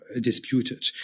disputed